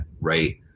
right